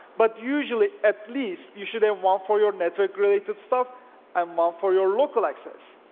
but usually at least you should have one for your network related stuff um ah for your local access.